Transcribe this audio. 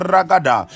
Ragada